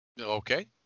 Okay